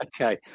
Okay